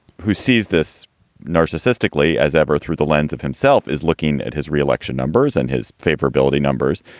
who sees this narcissistically as ever through the lens of himself, is looking at his re-election numbers and his favorability numbers.